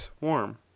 warm